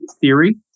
theory